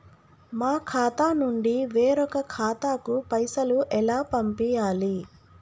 మా ఖాతా నుండి వేరొక ఖాతాకు పైసలు ఎలా పంపియ్యాలి?